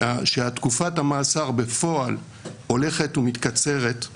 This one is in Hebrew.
שתקופת המאסר בפועל הולכת ומתקצרת.